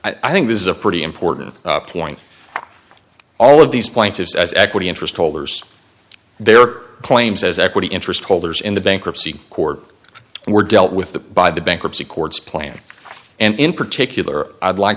i think this is a pretty important point all of these plaintiffs as equity interest holders their claims as equity interest holders in the bankruptcy court were dealt with the by the bankruptcy courts plan and in particular i'd like